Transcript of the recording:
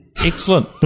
excellent